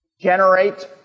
generate